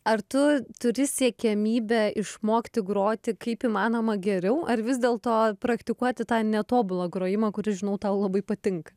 ar tu turi siekiamybę išmokti groti kaip įmanoma geriau ar vis dėlto praktikuoti tą netobulą grojimą kuris žinau tau labai patinka